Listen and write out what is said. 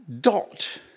dot